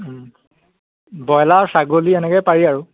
broiler ছাগলী এনেকৈ পাৰি আৰু